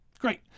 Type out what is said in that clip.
Great